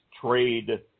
trade